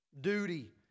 duty